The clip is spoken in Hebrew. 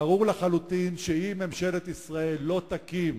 ברור לחלוטין שאם ממשלת ישראל לא תקים